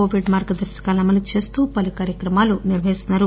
Covid మార్గదర్శకాలను అమలు చేస్తూ పలు కార్యక్రమాలను నిర్వహిస్తున్నారు